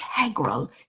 integral